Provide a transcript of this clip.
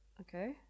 Okay